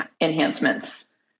enhancements